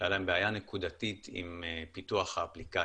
שהייתה להן בעיה נקודתית עם פיתוח אפליקציה.